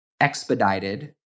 expedited